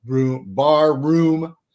Barroom